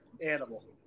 animal